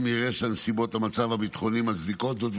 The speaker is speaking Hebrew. אם יראה שנסיבות המצב הביטחוני מצדיקות זאת,